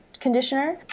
conditioner